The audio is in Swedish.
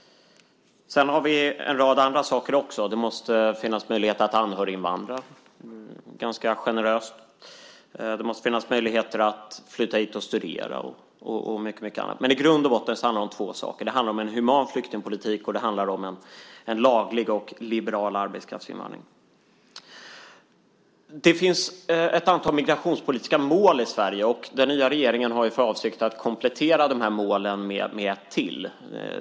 Sedan har vi en rad andra saker också. Det måste finnas möjlighet att anhöriginvandra ganska generöst. Det måste finnas möjligheter att flytta hit och studera, och mycket annat. I grund och botten handlar det om två saker. Det handlar om en human flyktingpolitik, och det handlar om en laglig och liberal arbetskraftsinvandring. Det finns ett antal migrationspolitiska mål i Sverige. Den nya regeringen har för avsikt att komplettera de här målen med ett till.